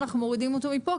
אנחנו מורידים אותו מפה,